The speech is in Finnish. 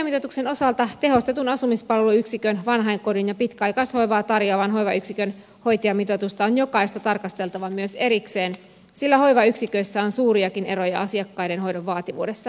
hoitajamitoituksen osalta tehostetun asumispalveluyksikön vanhainkodin ja pitkäaikaishoi vaa tarjoavan hoivayksikön hoitajamitoitusta on jokaista tarkasteltava myös erikseen sillä hoivayksiköissä on suuriakin eroja asiakkaiden hoidon vaativuudessa